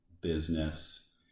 business